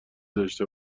داشته